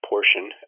portion